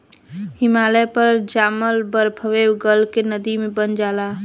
हिमालय पर जामल बरफवे गल के नदी बन जाला